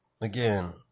again